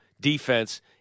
defense